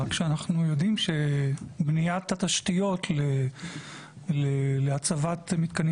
רק שאנחנו יודעים שבניית התשתיות להצבת מתקנים